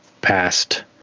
past